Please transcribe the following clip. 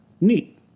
Neat